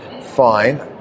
fine